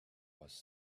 was